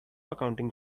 accounting